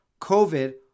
COVID